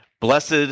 blessed